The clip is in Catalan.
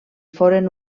foren